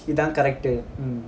இதான்:ithan character